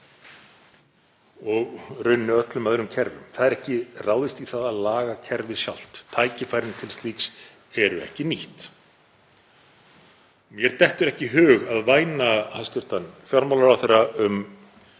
og í rauninni öllum öðrum kerfum. Það er ekki ráðist í það að laga kerfið sjálft. Tækifæri til slíks eru ekki nýtt. Mér dettur ekki í hug að væna hæstv. fjármálaráðherra um